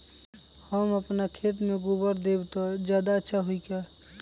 हम अपना खेत में गोबर देब त ज्यादा अच्छा होई का?